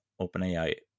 OpenAI